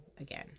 again